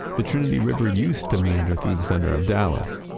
the trinity river used to meander through the center of dallas.